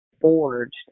forged